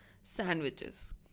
sandwiches